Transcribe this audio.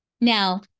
Now